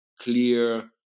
clear